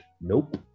nope